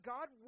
God